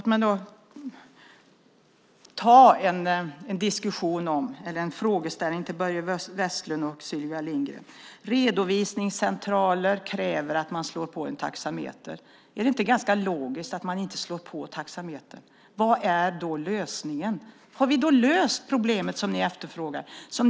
Låt mig ställa en fråga till Börje Vestlund och Sylvia Lindgren. Redovisningscentraler kräver att man slår på taxametern. Är det inte ganska logiskt att man inte slår på taxametern? Vad är då lösningen? Har vi löst problemet som ni tar upp?